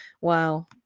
Wow